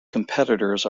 competitors